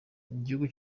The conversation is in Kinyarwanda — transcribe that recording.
gihugu